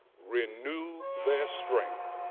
renew their strength.